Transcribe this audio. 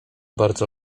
bardzo